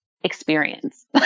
experience